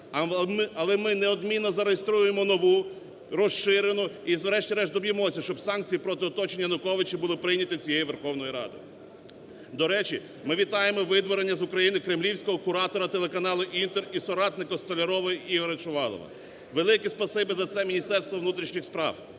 Але ми неодмінно зареєструємо нову, розширену і, врешті-решт, доб'ємося, щоб санкції проти оточення Януковича були прийняті цією Верховною Радою. До речі, ми вітаємо видворення з України кремлівського куратора телеканалу "Інтер" і соратника Столярової Ігоря Шувалова. Велике спасибі за це Міністерству внутрішніх справ.